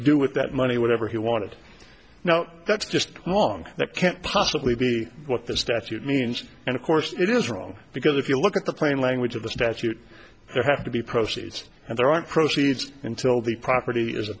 do with that money whatever he wanted now that's just wrong that can't possibly be what the statute means and of course it is wrong because if you look at the plain language of the statute there have to be proceeds and there are proceeds until the property is